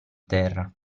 terra